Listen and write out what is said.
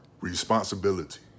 responsibility